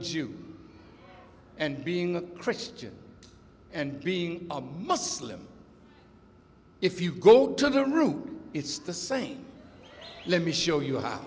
jew and being a christian and being a muslim if you go to the root it's the same let me show you how